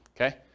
okay